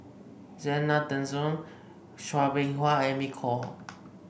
Zena Tessensohn Chua Beng Huat Amy Khor